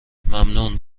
ممنون